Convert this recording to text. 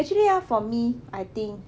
actually ah for me I think